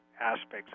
aspects